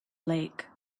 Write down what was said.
lake